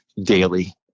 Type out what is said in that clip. daily